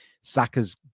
saka's